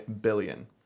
billion